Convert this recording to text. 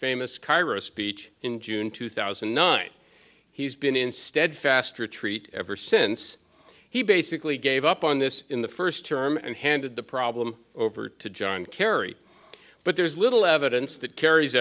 famous cairo speech in june two thousand and nine he's been in steadfast retreat ever since he basically gave up on this in the first term and handed the problem over to john kerry but there is little evidence that